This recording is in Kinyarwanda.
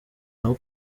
naho